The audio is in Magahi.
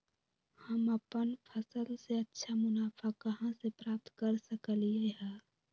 हम अपन फसल से अच्छा मुनाफा कहाँ से प्राप्त कर सकलियै ह?